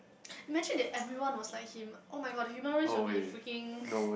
imagine that everyone was like him oh-my-god the human race will be a freaking